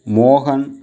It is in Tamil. மோஹன்